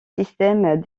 systèmes